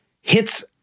hits